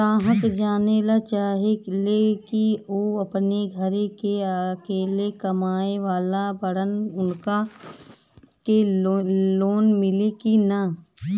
ग्राहक जानेला चाहे ले की ऊ अपने घरे के अकेले कमाये वाला बड़न उनका के लोन मिली कि न?